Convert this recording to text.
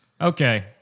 Okay